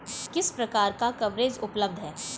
किस प्रकार का कवरेज उपलब्ध है?